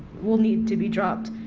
will need to be dropped,